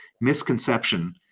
misconception